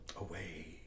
Away